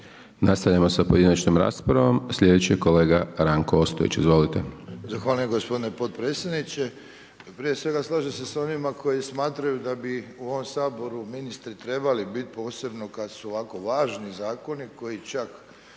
Nastavljamo sa pojedinačnom raspravom, sljedeći je kolega Ranko Ostojić, izvolite. **Ostojić, Ranko (SDP)** Zahvaljujem gospodine potpredsjedniče. Prije svega slažem se s onima koji smatraju da bi u ovom Saboru ministri trebali biti, posebno kad su ovako važni zakoni koji čak